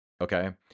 okay